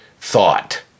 thought